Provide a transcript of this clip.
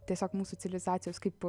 tiesiog mūsų civilizacijos kaip